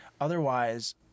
otherwise